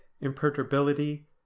imperturbability